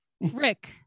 Rick